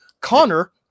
Connor